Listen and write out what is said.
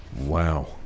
Wow